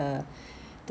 but this this is good